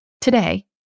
today